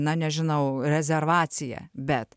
na nežinau rezervaciją bet